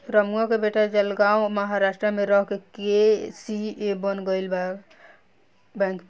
रमुआ के बेटा जलगांव महाराष्ट्र में रह के सी.ए बन गईल बा बैंक में